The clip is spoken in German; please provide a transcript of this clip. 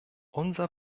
unser